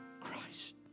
Christ